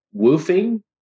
woofing